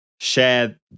share